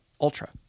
Ultra